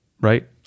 right